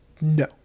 No